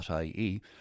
.ie